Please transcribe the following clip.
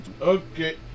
Okay